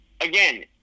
Again